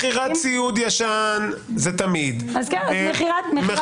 מכירת ציוד ישן זה תמיד, זה קורה.